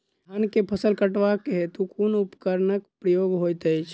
धान केँ फसल कटवा केँ हेतु कुन उपकरणक प्रयोग होइत अछि?